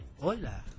hola